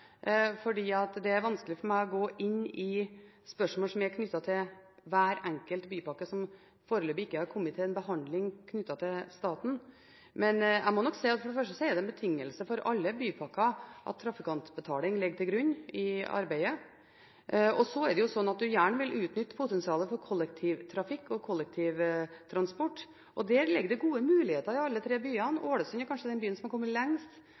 er vanskelig for meg å gå inn i spørsmål som er knyttet til hver enkelt bypakke, som foreløpig ikke har kommet til behandling hva gjelder staten. Men jeg må nok si at for det første er det en betingelse for alle bypakker at trafikantbetaling ligger til grunn i arbeidet. Så er det slik at en gjerne vil utnytte potensialet for kollektivtrafikk og kollektivtransport, og der ligger det gode muligheter i alle tre byene. Ålesund er kanskje den byen som er kommet lengst